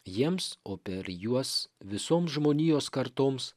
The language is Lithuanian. jiems o per juos visoms žmonijos kartoms